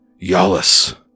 Yalis